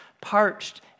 parched